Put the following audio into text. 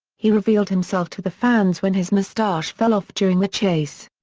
he revealed himself to the fans when his moustache fell off during the chase.